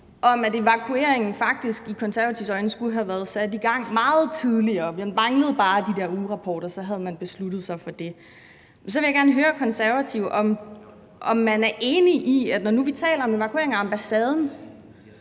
at evakueringen i Konservatives øjne faktisk skulle have været sat i gang meget tidligere – vi manglede bare de der ugerapporter, så havde man besluttet sig for det – så vil jeg gerne høre Konservative, om man er enig i, når vi nu taler om evakuering af ambassaden,